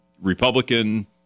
Republican